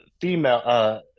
Female